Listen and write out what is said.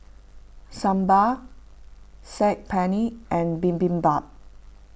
Sambar Saag Paneer and Bibimbap